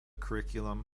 curriculum